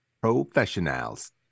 Professionals